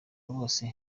bose